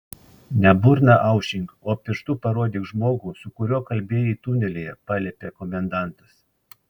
ne burną aušink o pirštu parodyk žmogų su kuriuo kalbėjai tunelyje paliepė komendantas